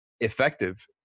effective